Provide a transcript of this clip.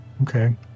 Okay